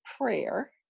prayer